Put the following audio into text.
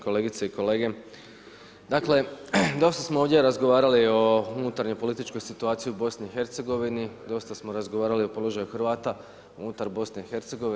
Kolegice i kolege, dosta smo ovdje razgovarali o unutarnjoj političkoj situaciji u BIH, dosta smo razgovarali o položaju Hrvata unutar BIH.